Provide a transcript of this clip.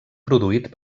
produït